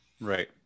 right